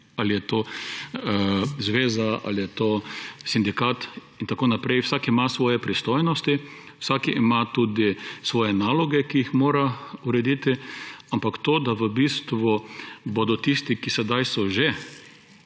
ali je to zveza ali je to sindikat in tako naprej, vsak ima svoje pristojnosti, vsak ima tudi svoje naloge, ki jih mora urediti, ampak to, da bodo v bistvu tisti, ki so sedaj že